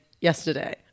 yesterday